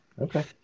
Okay